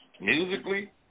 musically